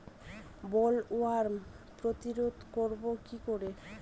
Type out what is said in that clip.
Bollworm প্রতিরোধ করব কি করে?